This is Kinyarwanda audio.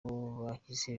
bahise